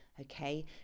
Okay